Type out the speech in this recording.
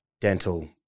dental